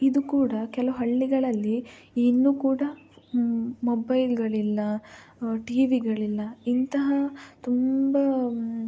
ಇದು ಕೂಡ ಕೆಲವು ಹಳ್ಳಿಗಳಲ್ಲಿ ಇನ್ನು ಕೂಡ ಮೊಬೈಲುಗಳಿಲ್ಲ ಟಿವಿಗಳಿಲ್ಲ ಇಂತಹ ತುಂಬ